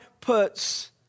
puts